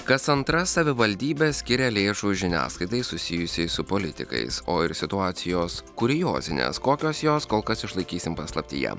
kas antra savivaldybė skiria lėšų žiniasklaidai susijusiai su politikais o ir situacijos kuriozinės kokios jos kol kas išlaikysim paslaptyje